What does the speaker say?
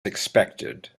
expected